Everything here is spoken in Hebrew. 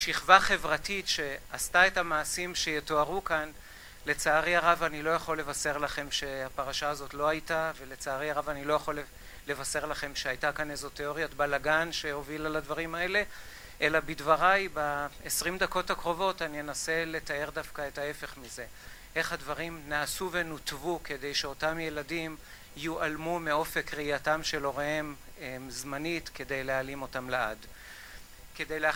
שכבה חברתית שעשתה את המעשים שיתוארו כאן, לצערי הרב אני לא יכול לבשר לכם שהפרשה הזאת לא הייתה ולצערי הרב אני לא יכול לבשר לכם שהייתה כאן איזו תיאוריית בלגן שהובילה לדברים האלה, אלא בדבריי בעשרים דקות הקרובות אני אנסה לתאר דווקא את ההפך מזה, איך הדברים נעשו ונותבו כדי שאותם ילדים יועלמו מאופק ראייתם של הוריהם זמנית כדי להעלים אותם לעד. כדי להחליט